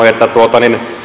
että